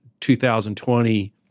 2020